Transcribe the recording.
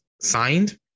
signed